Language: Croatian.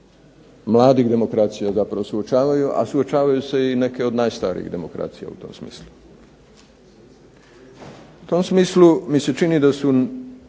mladih demokracija zapravo suočavaju, a suočavaju se i neke od najstarijih demokracija u tom smislu. U tom smislu mi se čini da su